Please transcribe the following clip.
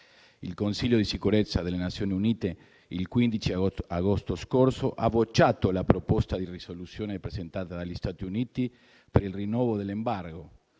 Il Consiglio di sicurezza delle Nazioni Unite il 15 agosto scorso ha bocciato la proposta di risoluzione presentata dagli Stati Uniti per il rinnovo dell'*embargo*.